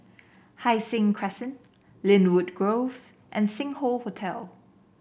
Hai Sing Crescent Lynwood Grove and Sing Hoe Hotel